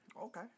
okay